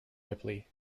ripley